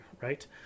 right